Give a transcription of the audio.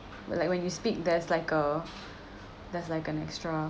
but like when you speak there's like uh there's like an extra